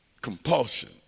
compulsion